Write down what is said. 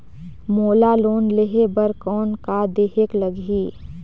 मोला लोन लेहे बर कौन का देहेक लगही?